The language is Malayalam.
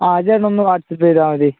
ആ ചേട്ടനൊന്ന് വാട്സപ്പ് ചെയ്താല് മതി